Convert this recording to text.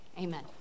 Amen